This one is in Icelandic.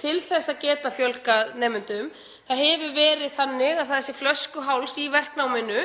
til að geta fjölgað nemendum. Það hefur verið flöskuháls í verknáminu,